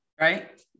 right